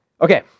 Okay